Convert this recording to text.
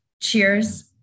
Cheers